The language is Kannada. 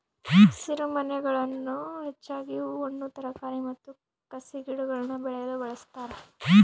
ಹಸಿರುಮನೆಗಳನ್ನು ಹೆಚ್ಚಾಗಿ ಹೂ ಹಣ್ಣು ತರಕಾರಿ ಮತ್ತು ಕಸಿಗಿಡಗುಳ್ನ ಬೆಳೆಯಲು ಬಳಸ್ತಾರ